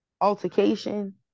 altercation